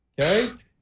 okay